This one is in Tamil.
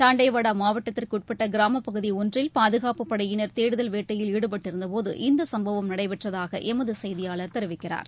தண்டேவாடாமாவட்டத்திற்குஉட்பட்டகிராமப்பகுதிஒன்றில் பாதுகாப்புப் படையினா் தேடுதல் வேட்டையில் ஈடுபட்டிருந்தபோது இந்தசும்பவம் நடைபெற்றதாகளமதுசெய்தியாளர் தெரிவிக்கிறார்